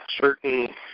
certain